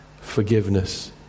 forgiveness